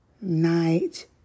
night